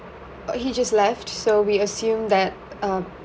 uh he just left so we assumed that um